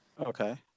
okay